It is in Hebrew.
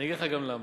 אגיד לך גם למה.